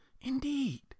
indeed